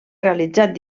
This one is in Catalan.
realitzat